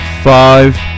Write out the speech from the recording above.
Five